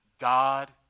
God